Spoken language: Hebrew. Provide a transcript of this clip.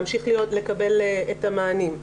להמשיך לקבל את המענים.